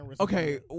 Okay